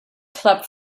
clubs